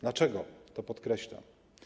Dlaczego to podkreślam?